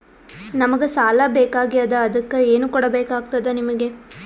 ನಮಗ ಸಾಲ ಬೇಕಾಗ್ಯದ ಅದಕ್ಕ ಏನು ಕೊಡಬೇಕಾಗ್ತದ ನಿಮಗೆ?